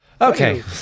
Okay